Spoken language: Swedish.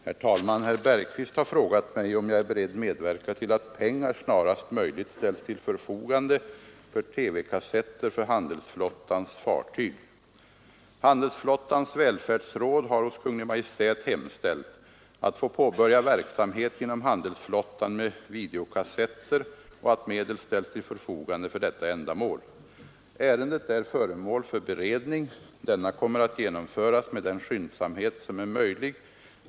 Herr talman! Herr Bergqvist har frågat mig om jag är beredd medverka till att pengar snarast möjligt ställs till förfogande för TV-kassetter för handelsflottans fartyg. Handelsflottans välfärdsråd har hos Kungl. Maj:t hemställt att få Nr 40 påbörja verksamhet inom SAS videokassetter och att Torsdagen den medel ställs till förfogande för detta ändamål. - 14 mars 1974 Ärendet är föremål för beredning. Denna kommer att genomföras med ———— den skyndsamhet som är möjlig.